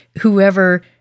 whoever